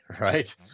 right